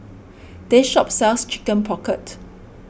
this shop sells Chicken Pocket